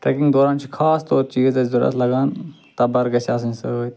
trekking دوران چھِ خاص طور چیٖز اسہِ ضروٗرت لَگان تَبٕر گَژھہِ آسٕنۍ سۭتۍ